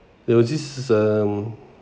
there was this um